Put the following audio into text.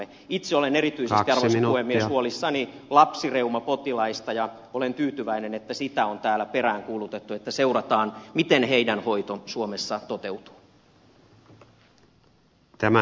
itse olen erityisesti arvoisa puhemies huolissani lapsireumapotilaista ja olen tyytyväinen että sitä on täällä peräänkuulutettu että seurataan miten heidän hoitonsa suomessa toteutuu